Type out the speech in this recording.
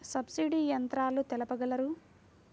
Subsidy యంత్రాలు తెలుపగలరు?